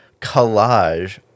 collage